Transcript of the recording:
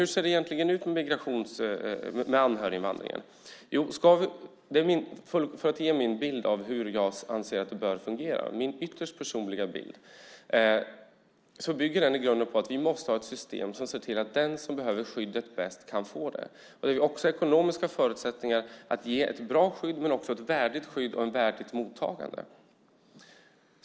Hur ser det egentligen ut med anhöriginvandringen? Jag ska ge min bild av hur jag anser att den bör fungera. Min ytterst personliga uppfattning är att detta i grunden bygger på att vi måste ha ett system där den som bäst behöver skydd också kan få det. Det handlar även om ekonomiska förutsättningar för att kunna ge ett bra och värdigt skydd samt ett värdigt mottagande.